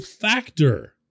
factor